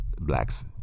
blacks